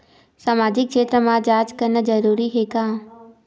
सामाजिक क्षेत्र म जांच करना जरूरी हे का?